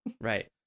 Right